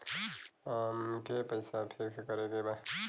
अमके पैसा फिक्स करे के बा?